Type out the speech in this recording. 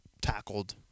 tackled